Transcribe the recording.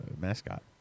mascot